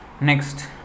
Next